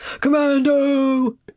Commando